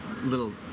little